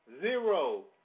zero